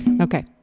Okay